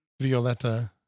Violetta